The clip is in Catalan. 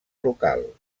local